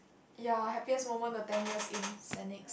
ya happiest moment the ten years in Saint-Nics